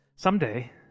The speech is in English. Someday